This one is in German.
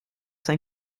sein